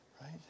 Right